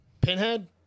Pinhead